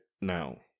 now